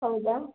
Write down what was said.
ಹೌದಾ